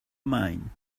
mine